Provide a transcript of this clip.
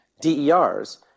DERs